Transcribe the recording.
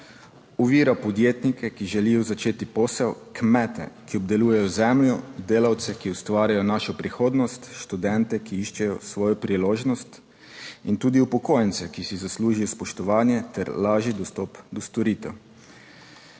Ovira podjetnike, ki želijo začeti posel, kmete, ki obdelujejo zemljo, delavce, ki ustvarjajo našo prihodnost, študente, ki iščejo svojo priložnost in tudi upokojence, ki si zaslužijo spoštovanje ter lažji dostop do storitev.